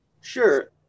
Sure